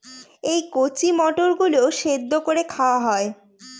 এই কচি মটর গুলো সেদ্ধ করে খাওয়া হয়